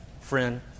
friend